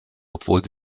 obwohl